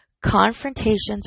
Confrontations